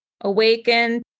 Awaken